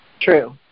True